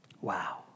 Wow